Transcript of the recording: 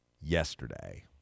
yesterday